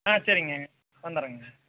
ஆ சரிங்க வந்தடறங்க